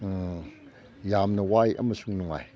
ꯌꯥꯝꯅ ꯋꯥꯏ ꯑꯃꯁꯨꯡ ꯅꯨꯡꯉꯥꯏ